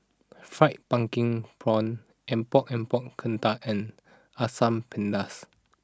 Fried Pumpkin Prawn Epok Epok Kentang and Asam Pedas